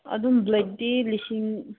ꯑꯗꯨꯝ ꯕ꯭ꯂꯦꯛꯇꯤ ꯂꯤꯁꯤꯡ